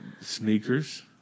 sneakers